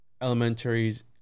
elementaries